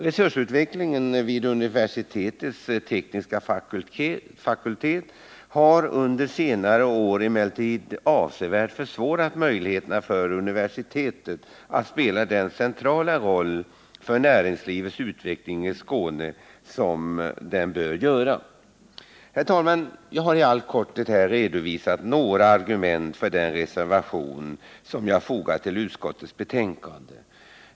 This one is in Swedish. Resursutvecklingen vid universitetets tekniska fakultet under senare år har emellertid avsevärt minskat möjligheterna för universitetet att spela den centrala roll för näringslivets utveckling i Skåne som det bör göra. Herr talman! Jag har i all korthet här redovisat några argument för den reservation som jag fogat till utskottets betänkande.